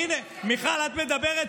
הינה, מיכל, את מדברת?